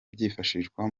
byifashishwa